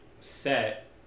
set